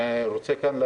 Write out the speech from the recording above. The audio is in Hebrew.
העובדה שאיתן גינזבורג נתן